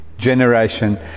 Generation